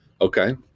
Okay